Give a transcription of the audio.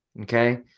okay